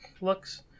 looks